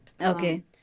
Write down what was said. Okay